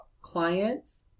clients